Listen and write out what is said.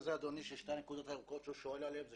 שתי הנקודות הירוקות שהוא שואל עליהן אלה